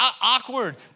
awkward